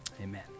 Amen